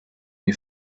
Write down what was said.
new